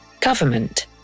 Government